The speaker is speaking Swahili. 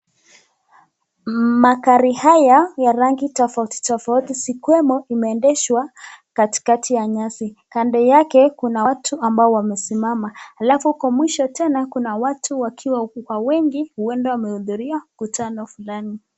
Magari haya ya rangi tofauti tofauti zikiwemo imeendeshwa katikati ya nyasi. Kando yake kuna watu ambao wamesimama alafu huko mwisho tena kuna watu wakiwa wengi uenda wamehudhuria mkutano fulani.